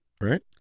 Right